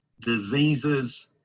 diseases